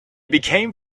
became